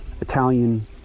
Italian